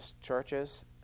churches